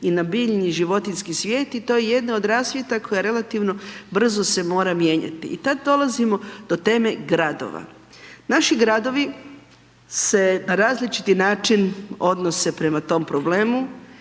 i na biljni i na životinjski svijet i to je jedna od rasvjeta koja relativno brzo se mora mijenjati i tad dolazimo do teme gradova. Naši gradovi se na različiti način odnose prema tom problemu.